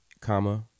comma